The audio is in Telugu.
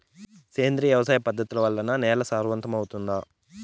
సేంద్రియ వ్యవసాయ పద్ధతుల వల్ల, నేల సారవంతమౌతుందా?